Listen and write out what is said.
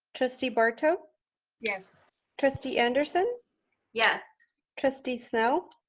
trustee barto yes trustee anderson yes trustee snell